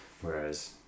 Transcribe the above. Whereas